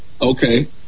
Okay